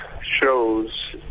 shows